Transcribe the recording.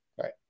Right